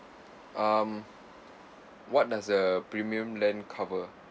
um what does the premium plan cover